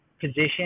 position